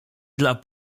dla